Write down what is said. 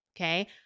Okay